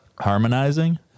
Harmonizing